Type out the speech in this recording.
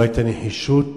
לא היתה נחישות.